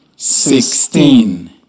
Sixteen